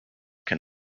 can